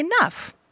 enough